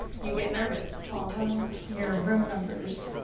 you get nervous, follow your room numbers,